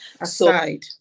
aside